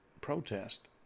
protest